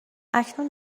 اکنون